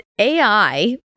AI